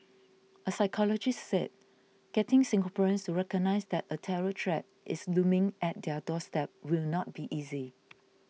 a psychologist said getting Singaporeans recognise that a terror threat is looming at their doorstep will not be easy